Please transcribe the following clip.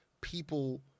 people